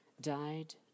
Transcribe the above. died